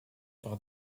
par